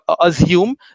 assume